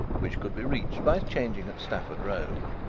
which could be reached by changing at stafford road.